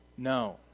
no